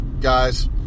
guys